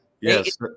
Yes